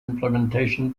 implementation